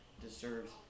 deserves